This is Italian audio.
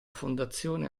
fondazione